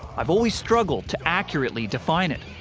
i've always struggled to accurately define it.